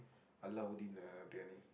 Alauddin-Briyani